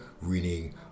reading